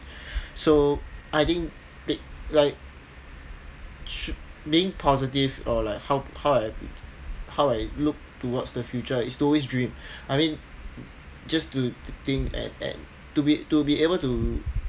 so I think like shou~ being positive or like how I how I look towards the future is always dream I mean just do the thing and and to be to be able to